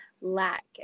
lack